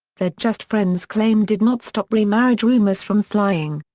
their just friends claim did not stop remarriage rumors from flying.